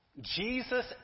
Jesus